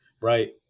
right